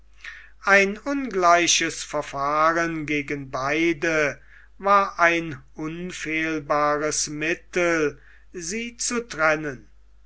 ein ungleiches verfahren gegen beide war ein unfehlbares mittel sie zu trennen